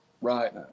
Right